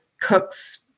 cook's